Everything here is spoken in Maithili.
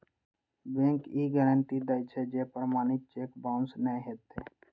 बैंक ई गारंटी दै छै, जे प्रमाणित चेक बाउंस नै हेतै